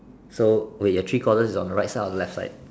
so wait your three quarters is on the right side or left side